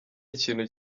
ikintu